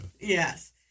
Yes